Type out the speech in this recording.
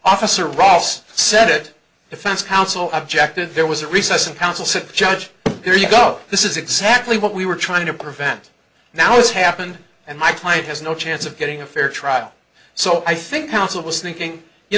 officer ross said it defense counsel objected there was a recess and counsel said judge there you go this is exactly what we were trying to prevent now it's happened and my client has no chance of getting a fair trial so i think counsel was thinking you